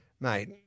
mate